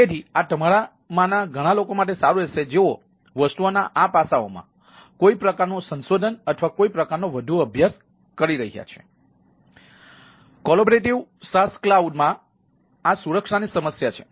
તેથી આ તમારામાંના ઘણા લોકો માટે સારું રહેશે જેઓ વસ્તુઓના આ પાસાઓમાં કોઈ પ્રકારનું સંશોધન અથવા કોઈ પ્રકારનો વધુ અભ્યાસ કરી રહ્યા છે